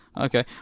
Okay